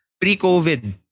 Pre-COVID